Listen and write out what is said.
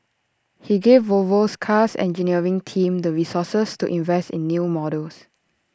he gave Volvo's car's engineering team the resources to invest in new models